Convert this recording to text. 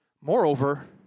Moreover